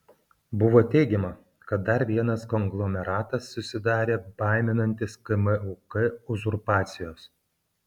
buvo teigiama kad dar vienas konglomeratas susidarė baiminantis kmuk uzurpacijos